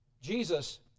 Jesus